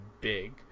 big